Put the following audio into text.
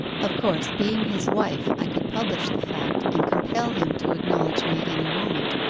of course, being his wife, i could publish the fact, and compel him to acknowledge me at any moment,